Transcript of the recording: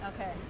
Okay